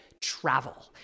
travel